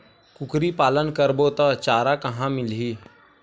कुकरी पालन करबो त चारा कहां मिलही?